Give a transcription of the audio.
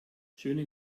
schöne